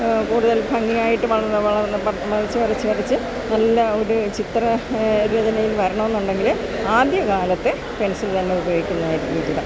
കൂടുതൽ ഭംഗിയായിട്ട് വളർന്ന് വരച്ച് വരച്ച് വരച്ച് നല്ല ഒരു ചിത്ര ഇതിലേക്ക് വരാണമെന്നുണ്ടെങ്കില് ആദ്യ കാലത്ത് പെൻസിൽ തന്നെ ഉപയോഗിക്കുന്നതായിരിക്കും ഉചിതം